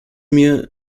mir